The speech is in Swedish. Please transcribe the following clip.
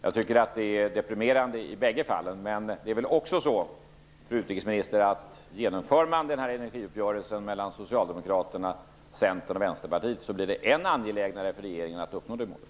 Jag tycker att det är deprimerande i båda fallen, men det är väl också så, fru utrikesminister, att genomför man den här energiuppgörelsen mellan Socialdemokraterna, Centern och Vänsterpartiet, blir det än angelägnare för regeringen att uppnå målet.